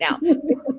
now